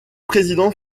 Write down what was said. président